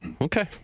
okay